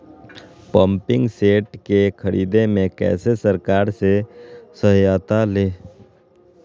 Pumping set के ख़रीदे मे कैसे सरकार से सहायता ले?